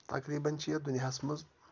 تقریٖباً چھِ یتھ دُنیاہَس منٛز